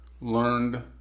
learned